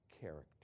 character